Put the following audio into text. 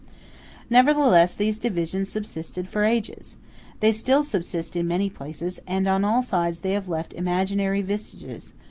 nevertheless these divisions subsisted for ages they still subsist in many places and on all sides they have left imaginary vestiges,